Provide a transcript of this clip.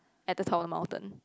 at the top of the mountain